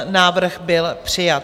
Návrh byl přijat.